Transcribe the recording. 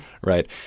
Right